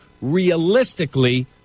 realistically